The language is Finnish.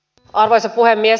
arvoisa puhemies